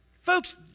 Folks